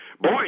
boy